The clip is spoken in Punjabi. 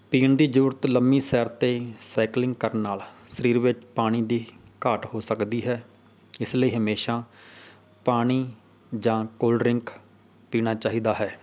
ਪੀਣ ਦੀ ਜ਼ਰੂਰਤ ਲੰਮੀ ਸੈਰ 'ਤੇ ਸਾਈਕਲਿੰਗ ਕਰਨ ਨਾਲ ਸਰੀਰ ਵਿੱਚ ਪਾਣੀ ਦੀ ਘਾਟ ਹੋ ਸਕਦੀ ਹੈ ਇਸ ਲਈ ਹਮੇਸ਼ਾ ਪਾਣੀ ਜਾਂ ਕੋਲਡ ਡਰਿੰਕ ਪੀਣਾ ਚਾਹੀਦਾ ਹੈ